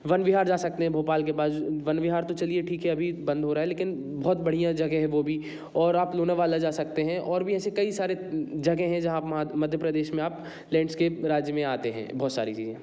one Vihar जा सकते हैं भोपाल के पास वन विहार तो चलिए ठीक है अभी बंद हो रहा है लेकिन बहुत बढ़िया जगह है वह भी और आप लोनावाला जा सकते हैं और भी ऐसे कई सारे जगह हैं जहाँ आप मध्य प्रदेश में आप लैंडस्केप के राज्य में आते हैं बहुत सारी चीज़ें